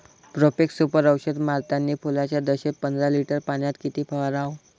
Profex Super औषध मारतानी फुलाच्या दशेत पंदरा लिटर पाण्यात किती फवाराव?